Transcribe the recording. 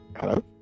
hello